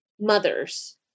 mothers